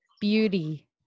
Beauty